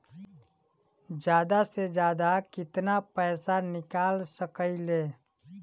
जादा से जादा कितना पैसा निकाल सकईले?